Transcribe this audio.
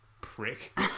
prick